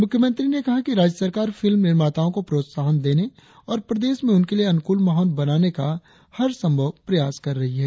मुख्यमंत्री ने कहा है कि राज्य सरकार फिल्म निर्माताओं को प्रोत्साहन देने और प्रदेश में उनके लिए अनुकूल माहौल बनाने का हर संभव प्रयास कर रही है